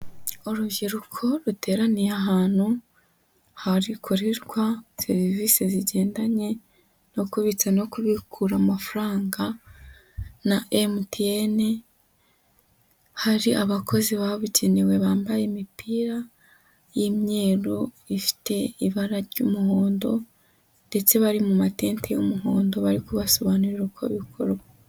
Urubyiruko ruteraniye ahantu harikorerwa serivisi zigendanye no kubitsa no kubikura amafaranga na MTN, hari abakozi babugenewe bambaye imipira y'imyeru, ifite ibara ry'umuhondo, ndetse bari mu matente y'umuhondo, bari kubasobanurira uko bikorwa.